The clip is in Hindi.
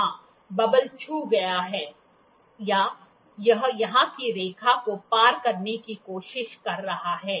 हां बबल छू गया है या यह यहां की रेखा को पार करने की कोशिश कर रहा है